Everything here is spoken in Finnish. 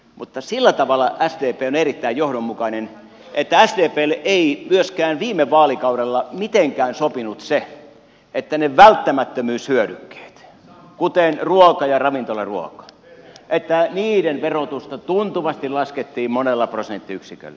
mutta sillä tavalla sdp on erittäin johdonmukainen että sdplle ei myöskään viime vaalikaudella mitenkään sopinut se että välttämättömyyshyödykkeiden kuten ruuan ja ravintolaruuan verotusta tuntuvasti laskettiin monella prosenttiyksiköllä